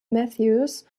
matthews